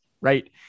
right